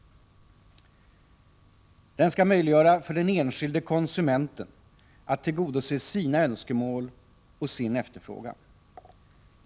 Den skall möjliggöra för den enskilde konsumenten att tillgodose sina önskemål och sin efterfrågan.